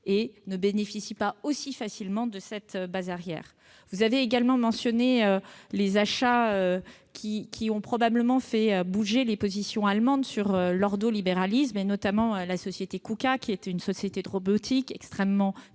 et ne bénéficie pas aussi facilement d'un tel avantage. Vous avez également mentionné les achats qui ont probablement fait bouger les positions allemandes sur l'ordo-libéralisme, notamment Kuka, une société de robotique extrêmement